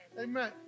amen